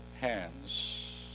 hands